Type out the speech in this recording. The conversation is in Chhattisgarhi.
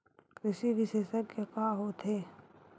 कृषि विशेषज्ञ का होथे?